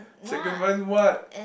sacrifice what